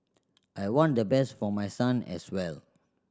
I want the best for my son as well